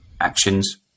actions